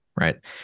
right